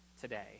today